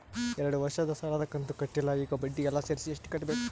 ಎರಡು ವರ್ಷದ ಸಾಲದ ಕಂತು ಕಟ್ಟಿಲ ಈಗ ಬಡ್ಡಿ ಎಲ್ಲಾ ಸೇರಿಸಿ ಎಷ್ಟ ಕಟ್ಟಬೇಕು?